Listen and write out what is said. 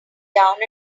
down